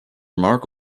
remark